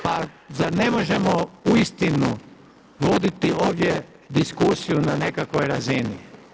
Pa zar ne možemo uistinu voditi ovdje diskusiju na nekakvoj razini?